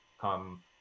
come